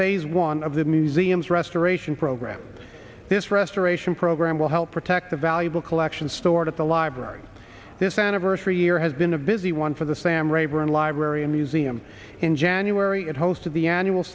phase one of the museum's restoration program this restoration program will help protect a valuable collection stored at the library this anniversary year has been a busy one for the sam rayburn library and museum in january it hosted the annual